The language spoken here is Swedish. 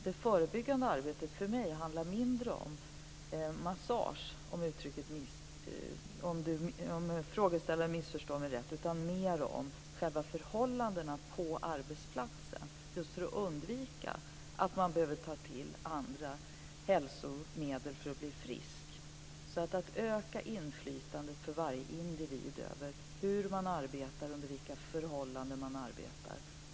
Men för mig handlar det förebyggande arbetet mindre om massage - om frågeställaren förstår mig rätt - och mer om själva förhållandena på arbetsplatsen, just för att undvika att behöva ta till hälsomedel för att bli frisk. Det handlar alltså om att öka inflytandet för varje individ över hur man arbetar och under vilka förhållanden man arbetar.